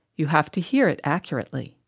you have to hear it accurately.